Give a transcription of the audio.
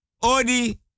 odi